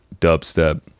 dubstep